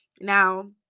Now